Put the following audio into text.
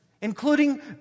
including